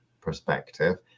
perspective